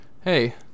Hey